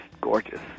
gorgeous